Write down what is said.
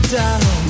down